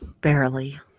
Barely